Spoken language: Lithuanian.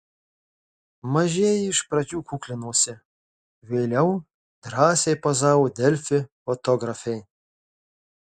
mažieji iš pradžių kuklinosi vėliau drąsiai pozavo delfi fotografei